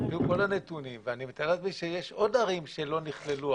היו כל הנתונים ואני מתאר לעצמי שיש עוד ערים שלא נכללו.